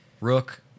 Rook